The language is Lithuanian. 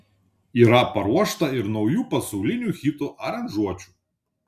yra paruošta ir naujų pasaulinių hitų aranžuočių